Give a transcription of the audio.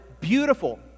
beautiful